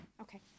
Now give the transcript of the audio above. Okay